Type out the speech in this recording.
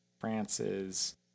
France's